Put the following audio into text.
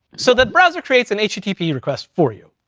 so the browser creates an http request for you.